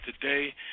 today